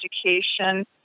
education